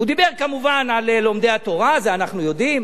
הוא דיבר כמובן על לומדי התורה, זה אנחנו יודעים.